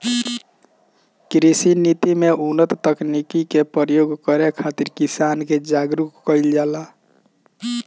कृषि नीति में उन्नत तकनीकी के प्रयोग करे खातिर किसान के जागरूक कईल जाला